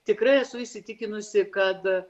tikrai esu įsitikinusi kad